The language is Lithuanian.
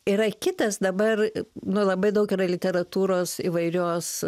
yra kitas dabar nu labai daug yra literatūros įvairios